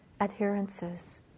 adherences